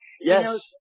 Yes